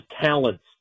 talents